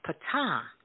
Pata